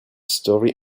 story